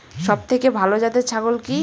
সবথেকে ভালো জাতের ছাগল কি?